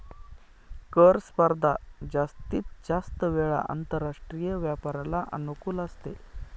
कर स्पर्धा जास्तीत जास्त वेळा आंतरराष्ट्रीय व्यापाराला अनुकूल असते